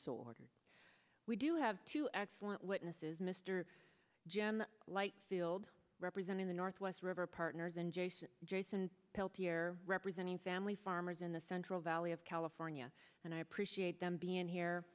so ordered we do have two excellent witnesses mr jim light field representing the northwest river partners and jason jason peltier representing family farmers in the central valley of california and i appreciate them being here